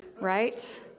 Right